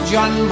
John